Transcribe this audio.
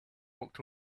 walked